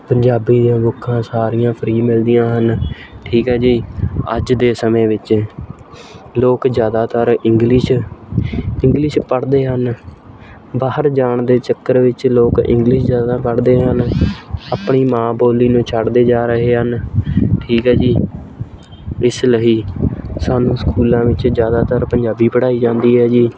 ਪੰਜਾਬੀ ਦੀਆਂ ਬੁੱਕਾਂ ਸਾਰੀਆਂ ਫਰੀ ਮਿਲਦੀਆਂ ਹਨ ਠੀਕ ਆ ਜੀ ਅੱਜ ਦੇ ਸਮੇਂ ਵਿੱਚ ਲੋਕ ਜ਼ਿਆਦਾਤਰ ਇੰਗਲਿਸ਼ ਇੰਗਲਿਸ਼ ਪੜ੍ਹਦੇ ਹਨ ਬਾਹਰ ਜਾਣ ਦੇ ਚੱਕਰ ਵਿੱਚ ਲੋਕ ਇੰਗਲਿਸ਼ ਜ਼ਿਆਦਾ ਪੜ੍ਹਦੇ ਹਨ ਆਪਣੀ ਮਾਂ ਬੋਲੀ ਨੂੰ ਛੱਡਦੇ ਜਾ ਰਹੇ ਹਨ ਠੀਕ ਹੈ ਜੀ ਇਸ ਲਈ ਸਾਨੂੰ ਸਕੂਲਾਂ ਵਿੱਚ ਜ਼ਿਆਦਾਤਰ ਪੰਜਾਬੀ ਪੜ੍ਹਾਈ ਜਾਂਦੀ ਹੈ ਜੀ